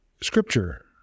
Scripture